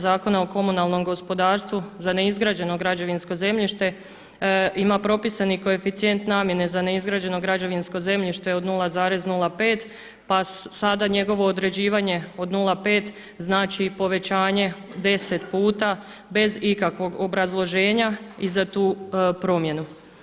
Zakona o komunalnom gospodarstvu za neizgrađeno građevinsko zemljište ima propisani koeficijent namjene za neizgrađeno građevinsko zemljište od 0,05 pa sada njegovo određivanje od 0,5 znači povećanje deset puta bez ikakvog obrazloženja za tu promjenu.